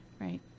Right